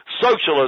socialist